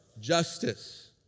Justice